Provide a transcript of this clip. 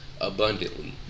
abundantly